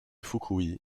fukui